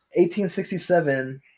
1867